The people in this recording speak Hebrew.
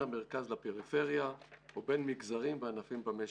המרכז לפריפריה ובין מגזרים וענפים במשק.